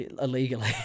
illegally